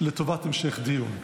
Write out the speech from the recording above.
לטובת המשך דיון.